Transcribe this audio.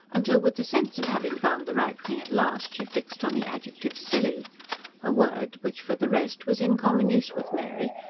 until with the sense of having found the right thing at last, she fixed on the adjective silly a word which, for the rest, was in common use with mary,